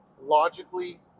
logically